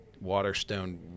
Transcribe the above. waterstone